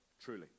Truly